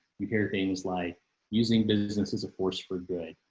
you hear things like using business as a force for good.